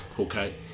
okay